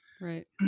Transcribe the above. Right